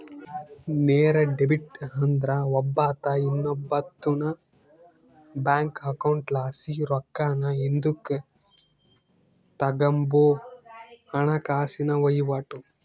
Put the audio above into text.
ನೇರ ಡೆಬಿಟ್ ಅಂದ್ರ ಒಬ್ಬಾತ ಇನ್ನೊಬ್ಬಾತುನ್ ಬ್ಯಾಂಕ್ ಅಕೌಂಟ್ಲಾಸಿ ರೊಕ್ಕಾನ ಹಿಂದುಕ್ ತಗಂಬೋ ಹಣಕಾಸಿನ ವಹಿವಾಟು